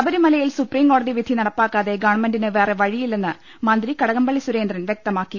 ശബരിമലയിൽ സുപ്രീംകോടതി വിധി നടപ്പാക്കാതെ ഗവൺമെന്റിന് വേറെ വഴിയില്ലെന്ന് മന്ത്രി കടകംപള്ളി സുരേന്ദ്രൻ വ്യക്തമാക്കി